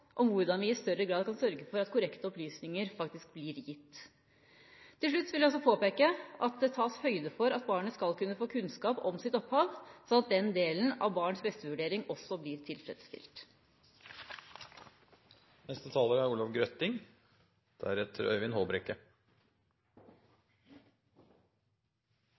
hvordan vi i større grad kan sørge for at korrekte opplysninger blir gitt. Til slutt vil jeg påpeke at det tas høyde for at barnet skal kunne få kunnskap om sitt opphav, slik at den delen av vurderingen av barnets beste også blir tilfredsstilt.